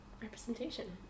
representation